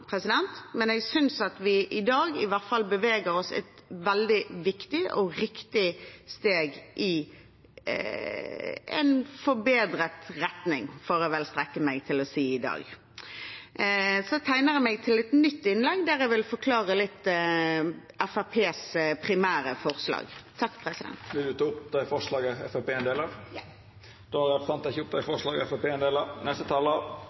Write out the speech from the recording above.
men jeg synes at vi i dag i hvert fall beveger oss et veldig viktig og riktig steg i en forbedret retning. Det får jeg vel strekke meg til å si i dag. Jeg tegner meg til et nytt innlegg, der jeg vil forklare litt om Fremskrittspartiets primære forslag. Jeg tar opp forslagene vi er med på. Då har representanten Silje Hjemdal teke opp forslaga frå Framstegspartiet og det